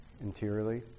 interiorly